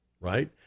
right